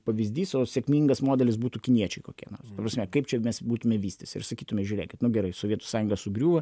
pavyzdys o sėkmingas modelis būtų kiniečiai kokie nors ta prasme kaip čia mes būtume vystęsi ir sakytume žiūrėkit nu gerai sovietų sąjunga sugriuvo